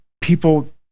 people